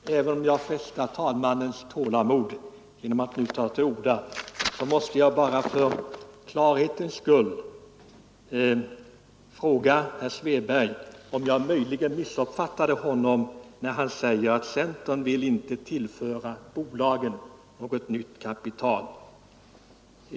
Herr talman! Även om jag frestar talmannens tålamod genom att nu ta till orda, måste jag för klarhetens skull fråga herr Svedberg om jag möjligen missuppfattat honom. Jag tyckte att han sade att centern inte vill tillföra bolagen något nytt kapital.